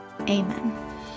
Amen